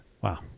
Wow